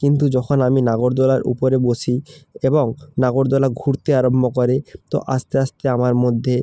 কিন্তু যখন আমি নাগরদোলার উপরে বসি এবং নাগরদোলা ঘুরতে আরাম্ভ করে তো আস্তে আস্তে আমার মধ্যে